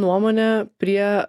nuomone prie